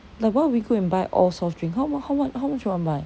like why would we go and buy all soft drink how mu~ how much how much you want to buy